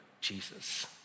Jesus